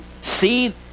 see